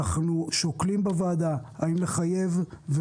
אנחנו שוקלים בוועדה האם לחייב קציני בטיחות או משהו דומה,